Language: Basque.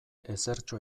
ezertxo